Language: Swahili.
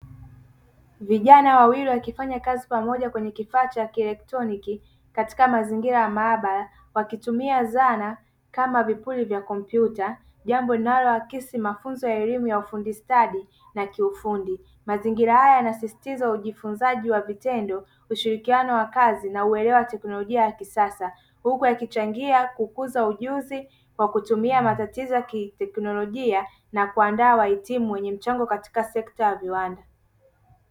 Vijana wawili wakifanya kazi pamoja katika kifaa cha kielektroniki katika mazingira ya maabara wakitumia zana kama vipuli vya kompyuta, jambo linaloakisi mafunzo ya elimu ya ufundi stadi na kiufundi. Mazingira haya yanasisitiza ujifunzaji wa vitendo, ushirikiano wa kazi na uelewa wa teknolojia ya kisasa, huku yakichangia kukuza ujuzi kwa kutumia matatizo ya kiteknolojiia na kuandaa wahitimu wenye mchango katika sekta ya viwanda.